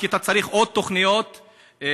כי אתה צריך עוד תוכניות מפורטות,